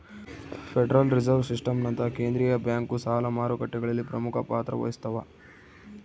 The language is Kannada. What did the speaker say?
ಫೆಡರಲ್ ರಿಸರ್ವ್ ಸಿಸ್ಟಮ್ನಂತಹ ಕೇಂದ್ರೀಯ ಬ್ಯಾಂಕು ಸಾಲ ಮಾರುಕಟ್ಟೆಗಳಲ್ಲಿ ಪ್ರಮುಖ ಪಾತ್ರ ವಹಿಸ್ತವ